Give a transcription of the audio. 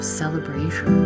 celebration